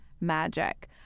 magic